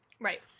Right